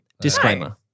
Disclaimer